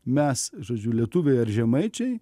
mes žodžiu lietuviai ar žemaičiai